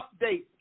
update